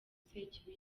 sekibi